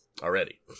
already